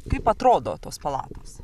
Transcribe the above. kaip atrodo tos palatos